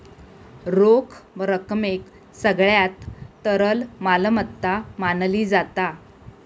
रोख रकमेक सगळ्यात तरल मालमत्ता मानली जाता